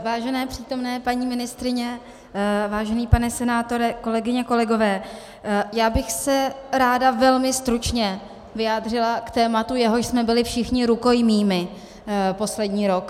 Vážené přítomné paní ministryně, vážený pane senátore, kolegyně, kolegové, já bych se ráda velmi stručně vyjádřila k tématu, jehož jsme byli všichni rukojmími poslední rok.